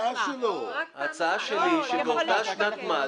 ההצעה שלי היא שבאותה שנת מס,